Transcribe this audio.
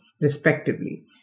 respectively